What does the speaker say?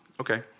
Okay